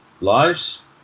lives